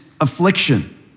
affliction